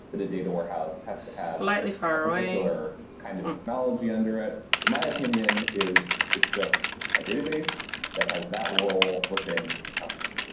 that a data warehouse has to have a particular kind of technology under it. my opinion is it's just a database that has that role within your company.